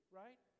right